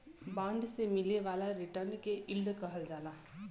bond से मिले वाला रिटर्न के यील्ड कहल जाला